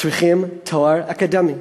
צריכים תואר אקדמי.